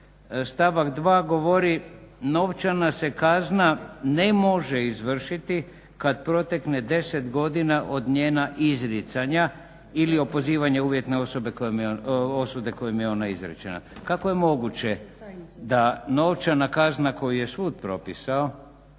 stavak 2. govori novčana se kazna ne može izvršiti kad protekne 10 godina od njega izricanja ili opozivanja uvjetne osude kojom je ona izrečena. Kako je moguće da novčana kazna koju je sud propisao